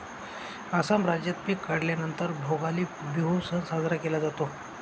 आसाम राज्यात पिक काढल्या नंतर भोगाली बिहू सण साजरा केला जातो